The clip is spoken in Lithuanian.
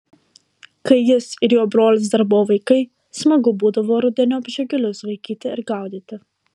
kai jis ir jo brolis dar buvo vaikai smagu būdavo rudeniop žiogelius vaikyti ir gaudyti